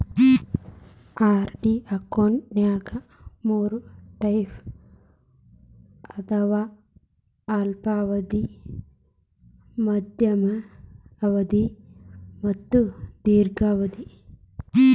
RD ಅಕೌಂಟ್ನ್ಯಾಗ ಮೂರ್ type ಅದಾವ ಅಲ್ಪಾವಧಿ ಮಾಧ್ಯಮ ಅವಧಿ ಮತ್ತ ದೇರ್ಘಾವಧಿ